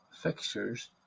fixtures